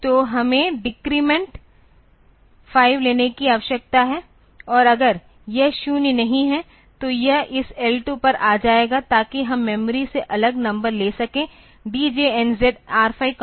तो हमें डेक्रेमेंट 5 लेने की आवश्यकता है और अगर यह 0 नहीं है तो यह इस L 2 पर आ जाएगा ताकि हम मेमोरी से अगला नंबर ले सकें DJNZ R5L2